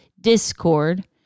discord